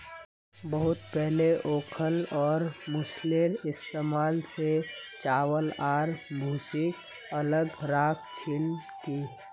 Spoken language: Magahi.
बहुत पहले ओखल और मूसलेर इस्तमाल स चावल आर भूसीक अलग राख छिल की